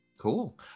cool